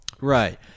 Right